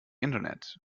internet